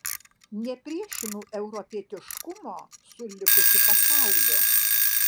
nepriešinu europietiškumo su likusiu pasauliu